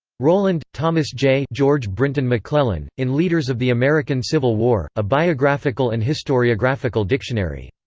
rowland, thomas j. george brinton mcclellan. in leaders of the american civil war a biographical and historiographical dictionary.